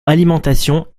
alimentation